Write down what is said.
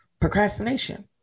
Procrastination